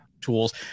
tools